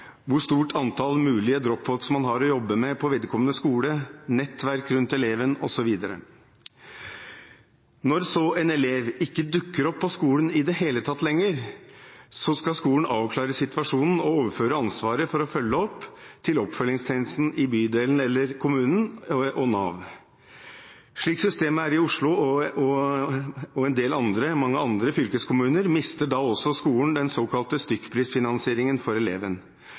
hvor stort antall mulige drop-outs man har å jobbe med på vedkommende skole, nettverk rundt eleven osv. Når så en elev ikke dukker opp på skolen i det hele tatt lenger, skal skolen avklare situasjonen og overføre ansvaret for å følge opp til oppfølgingstjenesten i bydelen eller kommunen og Nav. Slik systemet er i Oslo og i mange andre fylkeskommuner, mister da også skolen den såkalte stykkprisfinansieringen for eleven.